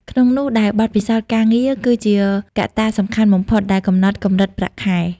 ក្នុងនោះដែរបទពិសោធន៍ការងារ គឺជាកត្តាសំខាន់បំផុតដែលកំណត់កម្រិតប្រាក់ខែ។